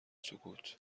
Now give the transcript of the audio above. سکوت